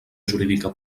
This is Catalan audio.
jurídica